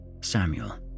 Samuel